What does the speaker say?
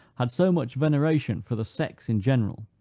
had so much veneration for the sex in general,